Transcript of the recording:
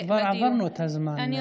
לא, כבר עברנו את הזמן, חברת הכנסת יפעת.